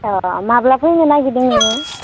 माब्ला फैनो नागिरदों नोङो